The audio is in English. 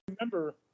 Remember